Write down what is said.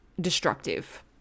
destructive